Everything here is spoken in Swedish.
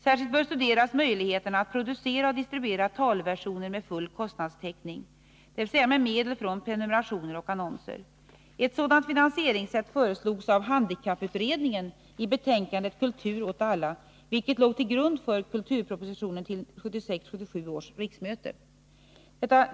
Särskilt bör studeras möjligheterna att producera och distribuera talversioner med full kostnadstäckning, dvs. med medel från prenumerationer och annonser. Ett sådant finansieringssätt föreslogs av handikapputredningen i betänkandet Kultur åt alla, vilket låg till grund för kulturpropositionen till 1976/77 års riksmöte.